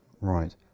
Right